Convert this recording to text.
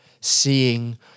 Seeing